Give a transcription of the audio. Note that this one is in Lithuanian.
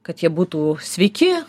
kad jie būtų sveiki